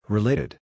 Related